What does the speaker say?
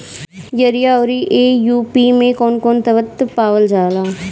Urea औरी AOP मै कौवन कौवन तत्व पावल जाला?